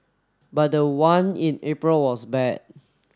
but the one in April was bad